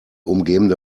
umgebende